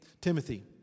Timothy